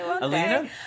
Alina